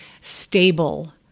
stable